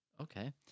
Okay